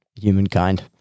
Humankind